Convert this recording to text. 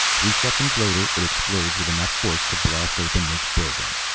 three seconds later it explodes with enough force to blast open this building.